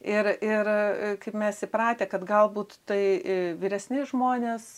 ir ir kaip mes įpratę kad galbūt tai vyresni žmonės